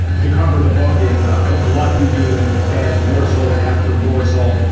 the cover of the book is a glutton being fed morsel after morsel.